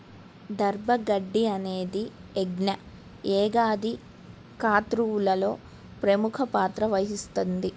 దర్భ గడ్డి అనేది యజ్ఞ, యాగాది క్రతువులలో ప్రముఖ పాత్ర వహిస్తుంది